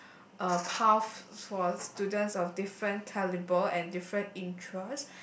uh path for students of different calibre and different interest